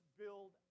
build